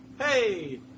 Hey